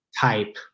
type